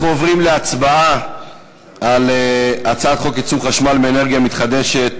אנחנו עוברים להצבעה על הצעת חוק ייצור חשמל מאנרגיה מתחדשת,